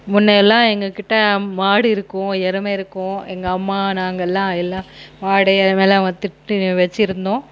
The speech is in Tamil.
முன்னேயெல்லாம் எங்கள் கிட்டே மாடு இருக்கும் எருமை இருக்கும் எங்கள் அம்மா நாங்கள் எல்லாம் எல்லாம் மாடு எருமைலாம் வளர்த்துட்டு வெச்சிருந்தோம்